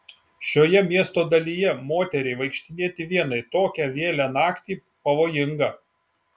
šioje miesto dalyje moteriai vaikštinėti vienai tokią vėlią naktį pavojinga